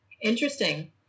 Interesting